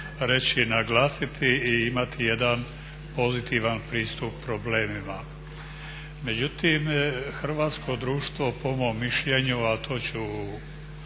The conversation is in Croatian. reći i naglasiti i imati jedan pozitivan pristup problemima. Međutim, hrvatsko društvo po mom mišljenju, a to ću